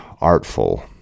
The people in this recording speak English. artful